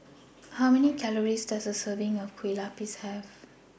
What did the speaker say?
How Many Calories Does A Serving of Kue Lupis Have